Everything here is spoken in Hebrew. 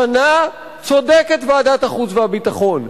השנה צודקת ועדת החוץ והביטחון.